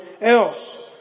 else